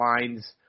lines